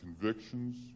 convictions